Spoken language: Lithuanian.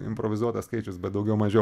improvizuotas skaičius bet daugiau mažiau